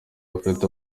afite